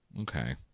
Okay